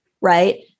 right